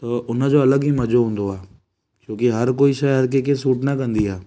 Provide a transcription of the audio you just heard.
त उनजो अलॻि ई मज़ो हूंदो आहे छोकी हर कोई शइ हर कंहिंखे सूट न कंदी आहे